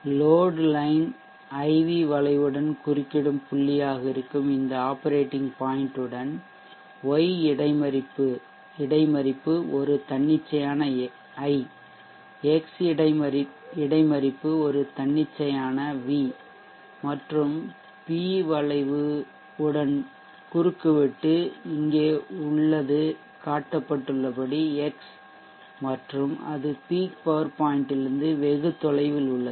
load line IV வளைவுடன் குறுக்கிடும் புள்ளியாக இருக்கும் இந்த ஆப்பரேட்டிங் பாய்ன்ட் உடன் y இடைமறிப்பு ஒரு தன்னிச்சையான I x இடைமறிப்பு ஒரு தன்னிச்சையான V மற்றும் P வளைவு வுடன் குறுக்குவெட்டு இங்கே உள்ளது காட்டப்பட்டுள்ளபடி எக்ஸ் மற்றும் அது பீக் பவர் பாய்ன்ட் லிருந்து வெகு தொலைவில் உள்ளது